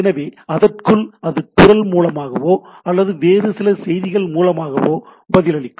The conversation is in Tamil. எனவே அதற்குள் அது குரல் மூலமாகவோ அல்லது வேறு சில செய்திகள் மூலமாகவோ பதிலளிக்கும்